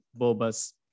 boba's